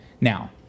Now